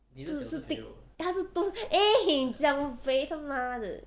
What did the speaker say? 是 thick 他是 eh 你讲我肥他妈的